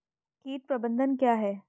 कीट प्रबंधन क्या है?